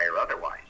otherwise